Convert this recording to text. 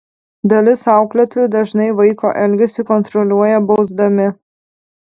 dalis auklėtojų dažnai vaiko elgesį kontroliuoja bausdami